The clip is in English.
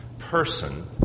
person